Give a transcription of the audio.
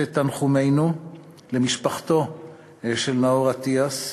את תנחומינו למשפחתו של נאור אטיאס,